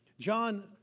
John